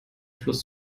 fluss